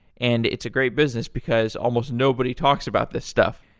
and it's a great business because almost nobody talks about this stuff,